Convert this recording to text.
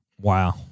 Wow